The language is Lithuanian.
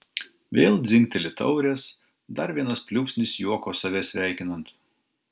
vėl dzingteli taurės dar vienas pliūpsnis juoko save sveikinant